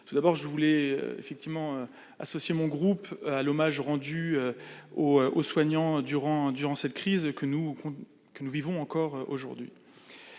tout d'abord, je veux associer mon groupe à l'hommage rendu aux soignants durant la crise que nous connaissons encore aujourd'hui.